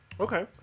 Okay